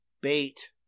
Bait